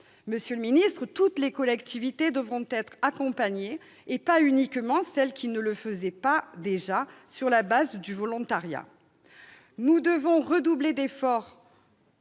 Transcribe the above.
Monsieur le ministre, toutes les collectivités devront être accompagnées, et pas uniquement celles qui ne le faisaient pas déjà sur la base du volontariat. Je conclurai mon